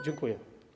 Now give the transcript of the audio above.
Dziękuję.